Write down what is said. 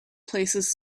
places